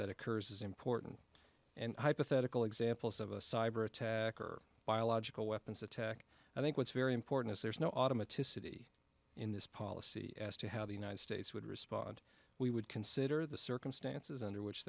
that occurs is important and hypothetical examples of a cyber attack or biological weapons attack i think what's very important is there is no autumn a to city in this policy as to how the united states would respond we would consider the circumstances under which